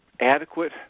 adequate